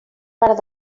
part